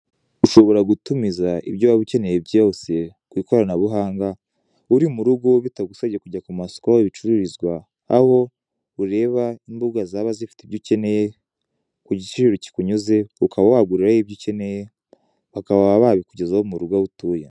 Ushobora gutumiza ibyo waba ukeneye byose ku ikoranabuhanga, uri murugo bitagusabye kujya ku masoko y'ibicuruzwa aho ureba imbuga zifite ibicuruzwa ukene bakaba babikujyezaho aho utuye.